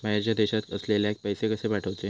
बाहेरच्या देशात असलेल्याक पैसे कसे पाठवचे?